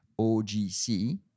OGC